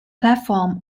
platform